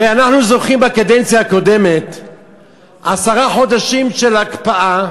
הרי אנחנו זוכרים שבקדנציה הקודמת היו עשרה חודשים של הקפאה